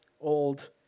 Old